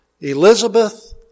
Elizabeth